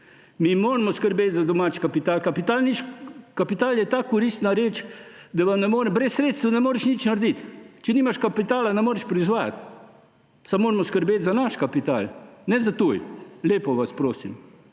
Mi moramo skrbeti za domači kapital. Kapital je tako koristna reč, da vam ne morem …, brez sredstev ne moreš nič narediti. Če nimaš kapitala, ne moreš proizvajati. Samo moramo skrbeti za naš kapital, ne za tuji, lepo vas prosim.